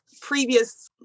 previous